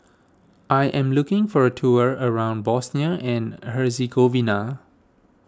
I am looking for a tour around Bosnia and Herzegovina